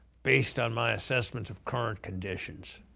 based on my assessment of current conditions,